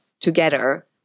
together